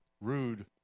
rude